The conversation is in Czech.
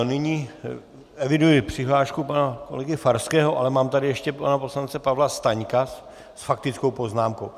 Nyní eviduji přihlášku pana kolegy Farského, ale mám tady ještě pana poslance Pavla Staňka s faktickou poznámkou.